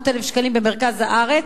800,000 שקלים במרכז הארץ.